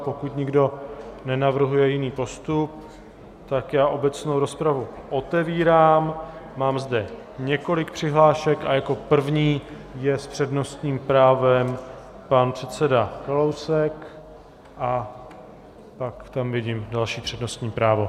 Pokud nikdo nenavrhuje jiný postup, tak já obecnou rozpravu otevírám, mám zde několik přihlášek a jako první je s přednostním právem pan předseda Kalousek a pak tam vidím další přednostní právo.